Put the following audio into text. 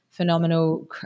Phenomenal